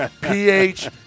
PH